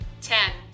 ten